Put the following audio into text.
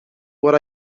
what